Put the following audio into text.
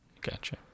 Gotcha